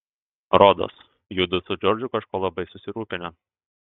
rodos judu su džordžu kažko labai susirūpinę